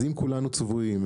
אז אם כולנו צבועים,